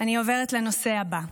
אני עוברת לנושא הבא.